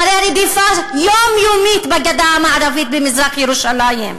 אחרי רדיפה יומיומית בגדה המערבית, במזרח-ירושלים?